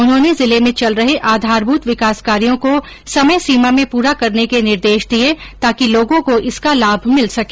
उन्होंने जिले में चल रहे आधारभृत विकास कार्यो को समय सीमा में पुरा करने के निर्देश दिये ताकि लोगो को इसका लाभ मिल सके